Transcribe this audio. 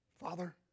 Father